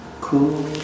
cool